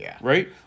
right